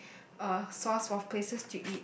uh source of places to eat